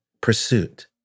pursuit